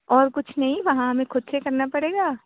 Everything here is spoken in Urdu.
اور کچھ نہیں وہاں ہمیں خود سے کرنا پڑے گا